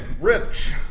Rich